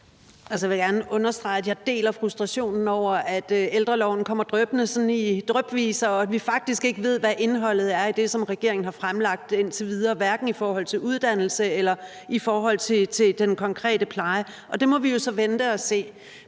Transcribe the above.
Jeg vil gerne understrege, at jeg deler frustrationen over, at udspillene til ældreloven kommer drypvis, og at vi faktisk ikke ved, hvad indholdet er i det, som regeringen har fremlagt indtil videre, hverken i forhold til uddannelse eller i forhold til den konkrete pleje. Og det må vi jo så vente at se.